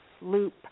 loop